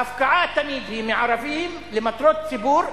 ההפקעה תמיד היא מערבים למטרות ציבור,